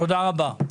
תודה לך.